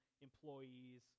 employees